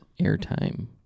airtime